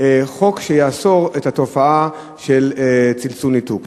חוק שיאסור את התופעה של צלצול-ניתוק.